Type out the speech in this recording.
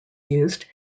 used